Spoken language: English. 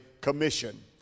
commission